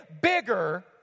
bigger